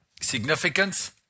significance